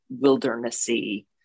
wildernessy